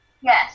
Yes